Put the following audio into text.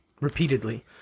Repeatedly